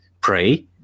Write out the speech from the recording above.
pray